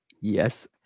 Yes